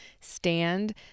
stand